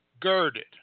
girded